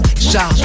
Charge